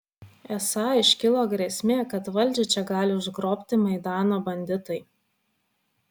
esą iškilo grėsmė kad valdžią čia gali užgrobti maidano banditai